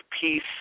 peace –